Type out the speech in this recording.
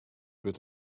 peut